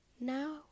Now